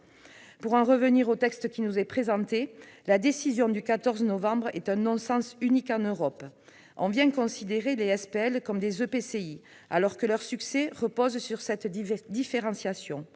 Pour en revenir au texte qui nous est présenté, la décision du 14 novembre est un non-sens unique en Europe. On considère les SPL comme des EPCI, alors que leur succès repose sur cette différentiation